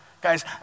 Guys